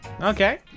Okay